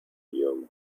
young